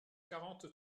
quarante